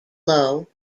low